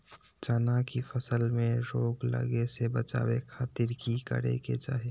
चना की फसल में रोग लगे से बचावे खातिर की करे के चाही?